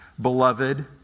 beloved